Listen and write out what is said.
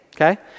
okay